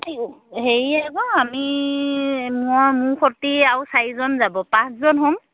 হেৰি আকৌ আমি মই মোৰ সৈতে আৰু চাৰিজন যাব পাঁচজন হ'ম